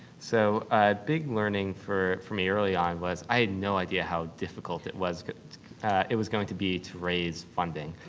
so, a big learning for for me early on was i had no idea how difficult it was it was going to be to raise funding.